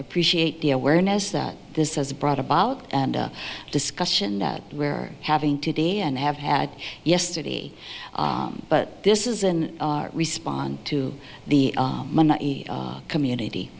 appreciate the awareness that this has brought about and a discussion that we're having today and have had yesterday but this isn't respond to the community